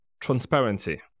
transparency